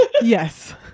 Yes